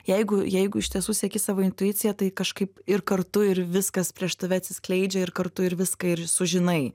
jeigu jeigu iš tiesų sieki savo intuiciją tai kažkaip ir kartu ir viskas prieš tave atsiskleidžia ir kartu ir viską ir sužinai